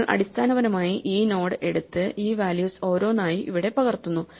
നമ്മൾ അടിസ്ഥാനപരമായി ഈ നോഡ് എടുത്ത് ഈ വാല്യൂസ് ഓരോന്നായി ഇവിടെ പകർത്തുന്നു